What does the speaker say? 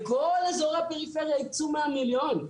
לכל אזורי הפריפריה הקצו 100 מיליון.